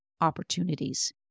opportunities